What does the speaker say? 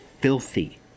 filthy